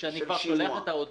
כאשר אני כבר שולח את ההודעה,